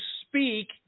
speak